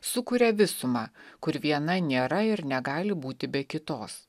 sukuria visumą kur viena nėra ir negali būti be kitos